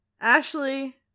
Ashley